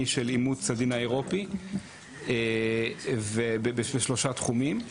של אימוץ הדין האירופי בשלושה תחומים.